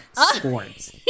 sports